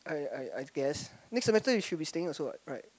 I I I guess next semester you should be staying also what right